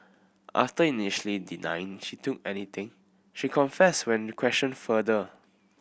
after initially denying she took anything she confessed when questioned further